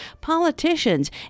politicians